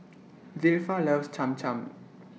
Zilpha loves Cham Cham